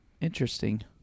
Interesting